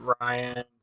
ryan